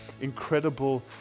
incredible